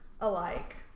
alike